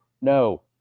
no